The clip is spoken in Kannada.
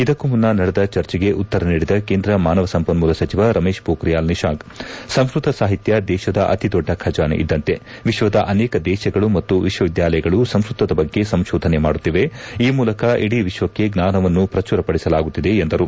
ಇದಕ್ಕೂ ಮುನ್ನ ನಡೆದ ಚರ್ಚೆಗೆ ಉತ್ತರ ನೀಡಿದ ಕೇಂದ್ರ ಮಾನವ ಸಂಪನ್ನೂಲ ಸಚಿವ ರಮೇಶ್ ಪೋಖ್ರಿಯಾಲ್ ನಿಶಾಂಕ್ ಸಂಸ್ವತ ಸಾಹಿತ್ಯ ದೇಶದ ಅತಿ ದೊಡ್ಡ ಖಜಾನೆ ಇದ್ದಂತೆ ವಿಶ್ವದ ಅನೇಕ ದೇಶಗಳು ಮತ್ತು ವಿಶ್ವವಿದ್ಯಾಲಯಗಳು ಸಂಸ್ಕತದ ಬಗ್ಗೆ ಸಂಶೋಧನೆ ಮಾಡುತ್ತಿವೆ ಈ ಮೂಲಕ ಇಡೀ ವಿಶ್ವಕ್ಷೆ ಜ್ಞಾನವನ್ನು ಪ್ರಚುರ ಪಡಿಸಲಾಗುತ್ತಿದೆ ಎಂದು ತಿಳಿಸಿದರು